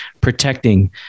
protecting